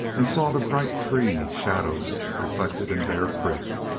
and saw the bright tree shadows reflected in bear creek.